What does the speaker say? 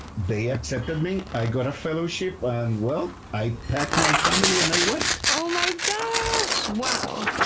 they accepted me, i got a fellowship and, well, i packed my family and i went, oh my gosh! wow!